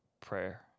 prayer